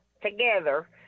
together